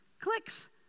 Clicks